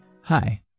Hi